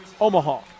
Omaha